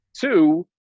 two